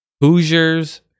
Hoosiers